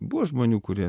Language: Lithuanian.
buvo žmonių kurie